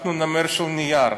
אנחנו נמר של נייר,